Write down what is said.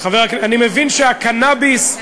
אני מבין שהקנאביס,